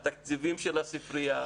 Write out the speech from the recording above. התקציבים של הספרייה,